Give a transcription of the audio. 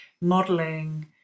modeling